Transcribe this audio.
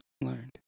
learned